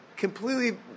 completely